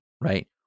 right